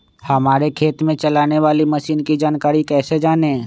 हमारे खेत में चलाने वाली मशीन की जानकारी कैसे जाने?